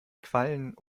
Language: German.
quallen